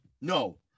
No